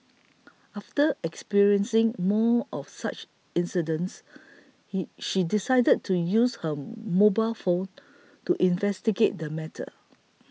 after experiencing more of such incidents he she decided to use her mobile phone to investigate the matter